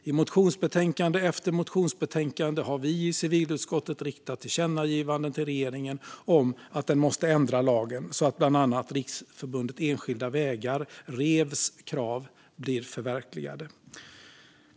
I motionsbetänkande efter motionsbetänkande har vi i civilutskottet riktat tillkännagivanden till regeringen om att den ska ändra lagen, så att bland annat kraven från Riksförbundet Enskilda Vägar, REV, blir förverkligade.